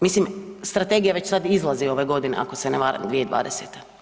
Mislim, strategija već sad izlazi ove godine, ako se ne varam, 2020.